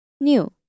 New